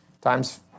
times